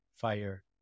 fire